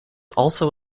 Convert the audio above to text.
also